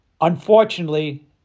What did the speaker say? Unfortunately